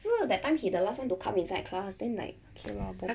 so that time he the last one to come inside class then like okay lor then